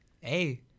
Hey